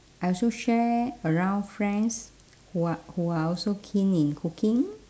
I also share around friends who are who are also keen in cooking